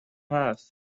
هست